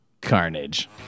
Carnage